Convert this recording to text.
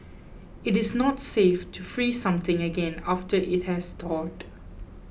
it is not safe to freeze something again after it has thawed